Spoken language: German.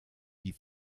die